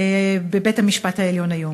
בבית-המשפט העליון: